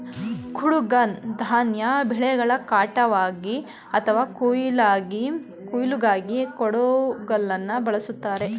ಕುಡುಗ್ಲನ್ನ ಧಾನ್ಯ ಬೆಳೆಗಳ ಕಟಾವ್ಗಾಗಿ ಅಥವಾ ಕೊಯ್ಲಿಗಾಗಿ ಕುಡುಗೋಲನ್ನ ಬಳುಸ್ತಾರೆ